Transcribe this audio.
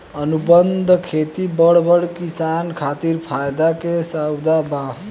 अनुबंध खेती बड़ बड़ किसान खातिर फायदा के सउदा बा